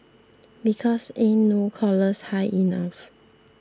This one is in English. because ain't no collars high enough